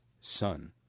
son